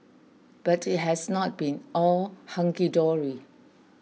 but it has not been all hunky dory